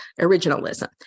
originalism